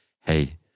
Hey